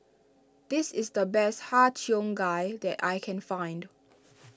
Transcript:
this is the best Har Cheong Gai that I can find